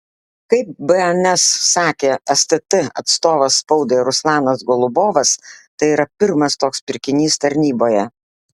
kaip bns sakė stt atstovas spaudai ruslanas golubovas tai yra pirmas toks pirkinys tarnyboje